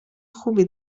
خوبی